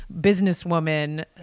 businesswoman